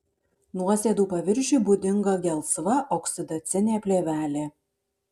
nuosėdų paviršiui būdinga gelsva oksidacinė plėvelė